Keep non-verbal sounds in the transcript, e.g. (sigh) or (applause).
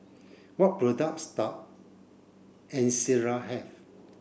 what products (unintelligible) Ezerra have